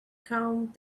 calmed